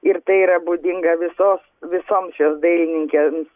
ir tai yra būdinga visos visoms šios dailininkės